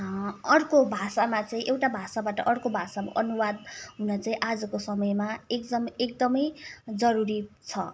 अर्को भाषामा चाहिँ एउटा भाषाबाट अर्को भाषामा अनुवाद हुन चाहिँ आजको समयमा एक एकदमै जरुरी छ